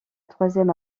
troisième